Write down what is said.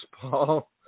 Paul